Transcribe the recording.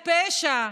חטא על פשע.